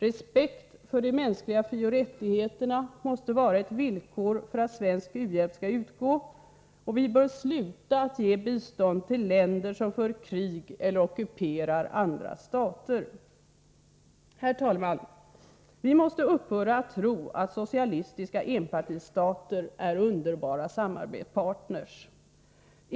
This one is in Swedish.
Respekt för de mänskliga frioch rättigheterna måste vara ett villkor för att svensk u-hjälp skall utgå, och vi bör sluta att ge bistånd till länder som för krig eller ockuperar andra stater. Herr talman! Vi måste upphöra att tro att socialistiska enpartistater är underbara samarbetspartner.